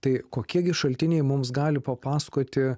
tai kokie gi šaltiniai mums gali papasakoti